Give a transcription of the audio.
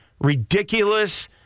ridiculous